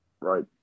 Right